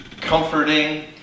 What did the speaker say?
comforting